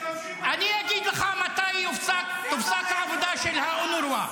משתמשים בתעודה הזאת --- אני אגיד לך מתי תופסק העבודה של אונר"א,